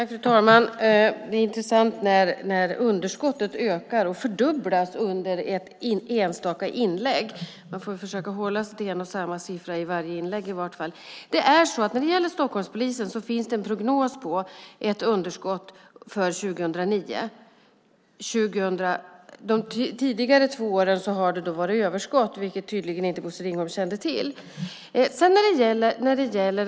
Fru talman! Det är intressant när underskottet ökar och fördubblas under ett enstaka inlägg. Man får väl försöka hålla sig till en siffra i varje inlägg. För Stockholmspolisen finns det en prognos på ett underskott för 2009. De tidigare två åren har det varit överskott, vilket Bosse Ringholm tydligen inte kände till.